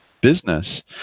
business